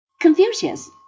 Confucius